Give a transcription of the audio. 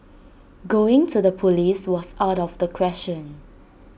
going to the Police was out of the question